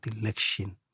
election